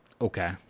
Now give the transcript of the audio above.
okay